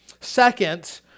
Second